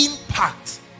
impact